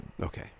Okay